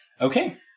Okay